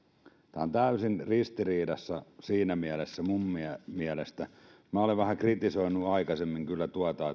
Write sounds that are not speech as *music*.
tämä on täysin ristiriidassa siinä mielessä minun mielestäni minä olen vähän kritisoinut aikaisemmin kyllä tuota *unintelligible*